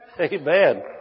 Amen